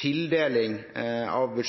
tildelingen av